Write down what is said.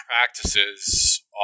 practices